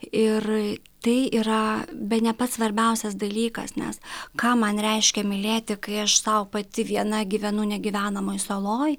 ir tai yra bene pats svarbiausias dalykas nes ką man reiškia mylėti kai aš sau pati viena gyvenu negyvenamoj saloj